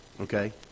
Okay